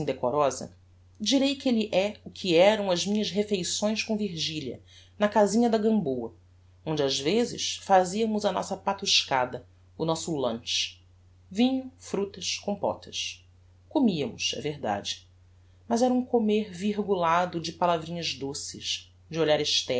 indecorosa direi que elle é o que eram as minhas refeições com virgilia na casinha da gamboa onde ás vezes faziamos a nossa patuscada o nosso lunch vinho fructas compotas comiamos é verdade mas era um comer virgulado de palavrinhas doces de olhares